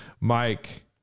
Mike